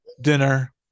dinner